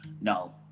no